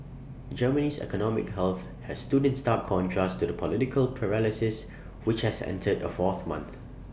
Germany's economic health has stood in stark contrast to the political paralysis which has entered A fourth month